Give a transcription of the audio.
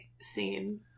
scene